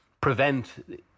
prevent